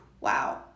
Wow